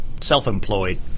self-employed